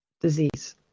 disease